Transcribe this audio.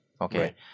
Okay